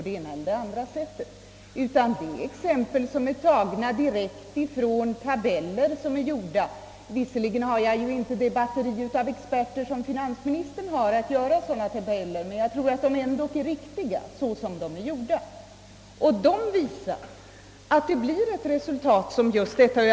Det är exempel hämtade direkt från uppgjorda tabeller. Visserligen har jag inte ett lika stort batteri av experter, som finansministern har, för att göra upp sådana tabeller men jag tror ändå att dessa såsom de utformats är riktiga. De visar också just de av mig nämnda resultaten.